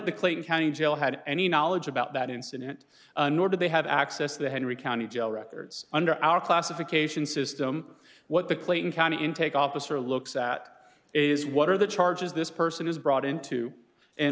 the clayton county jail had any knowledge about that incident nor did they have access the henry county jail records under our classification system what the clayton county intake officer looks at is what are the charges this person is brought into and